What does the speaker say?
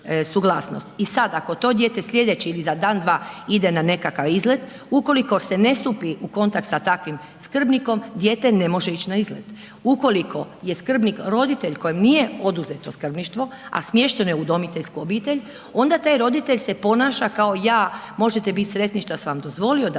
I sad, ako to dijete sljedeći ili za dan, dva ide na nekakav izlet, ukoliko se ne stupi u kontakt sa takvim skrbnikom, dijete ne može ići na izlet. Ukoliko je skrbnik roditelj kojem nije oduzeto skrbništvo, a smješteno je u udomiteljsku obitelj, onda taj roditelj se ponaša kao ja, možete biti sretni što sam vam dozvolio da udomite